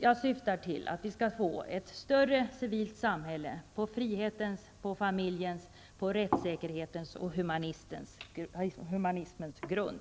Jag syftar till att vi skall få ett större civilt samhälle på frihetens, på familjens, på rättssäkerhetens och på humanismens grund.